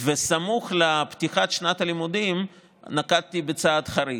וסמוך לפתיחת שנת הלימודים נקטתי צעד חריג: